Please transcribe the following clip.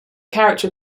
character